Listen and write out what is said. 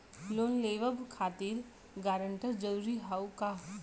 Loan लेवब खातिर guarantor जरूरी हाउ का?